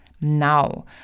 now